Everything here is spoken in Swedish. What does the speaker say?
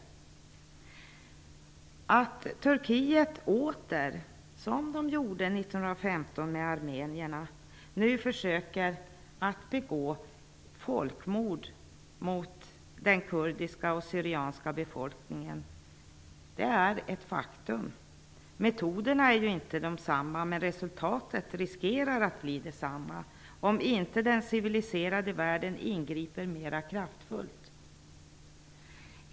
Det är ett faktum att Turkiet, liksom man gjorde med armenierna 1915, nu åter försöker att begå folkmord mot den turkiska och syrianska befolkningen. Metoderna är inte desamma, men resultatet riskerar att bli detsamma om inte den civiliserade världen ingriper mera kraftfullt.